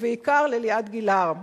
ובעיקר לליעד גלהר,